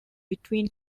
between